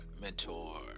mentor